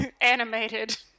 animated